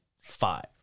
five